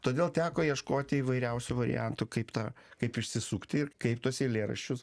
todėl teko ieškoti įvairiausių variantų kaip tą kaip išsisukti ir kaip tuos eilėraščius